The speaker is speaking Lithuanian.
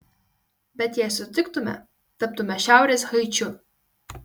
bet jei sutiktume taptume šiaurės haičiu